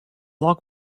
log